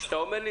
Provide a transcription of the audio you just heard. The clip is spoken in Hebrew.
כשאתה אומר,